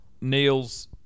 Neil's